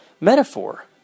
metaphor